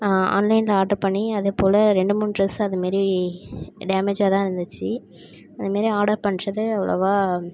ஆன்லைனில் ஆர்ட்ரு பண்ணி அதேப்போல் ரெண்டு மூணு டிரெஸ் அதுமாரி டேமேஜாக தான் இருந்துச்சு அத மேரி ஆர்டர் பண்ணுறது அவ்ளோவாக